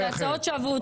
אלה הצעות שעברו